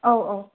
औ औ